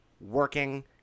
Working